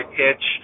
pitch